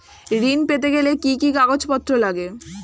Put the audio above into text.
ঋণ পেতে গেলে কি কি কাগজপত্র লাগে?